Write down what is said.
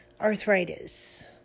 Arthritis